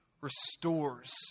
restores